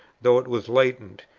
though it was latent,